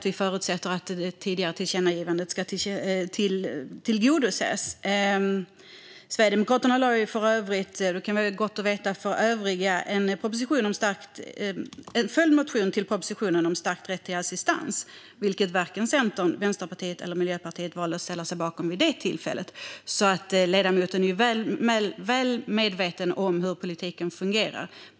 Vi förutsätter att det tidigare tillkännagivandet ska tillgodoses. För övriga kan det vara gott att veta att Sverigedemokraterna lade fram en följdmotion till propositionen om stärkt rätt till assistans. Den valde varken Centern, Vänsterpartiet eller Miljöpartiet att ställa sig bakom vid det tillfället. Ledamoten är alltså väl medveten om hur politiken fungerar.